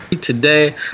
today